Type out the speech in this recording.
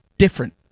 different